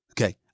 okay